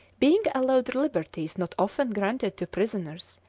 being allowed liberties not often granted to prisoners,